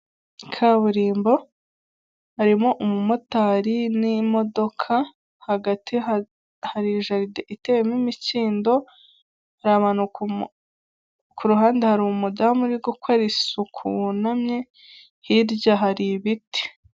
Kaburimbo, harimo umumotari n'imodoka; hagati hari jaride itewemo imikindo, kuruhande hari umudamu uri gukora isuku wunamye, hirya hari ibiti.